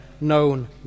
known